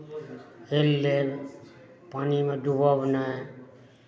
हेलि लेब पानिमे डूबब नहि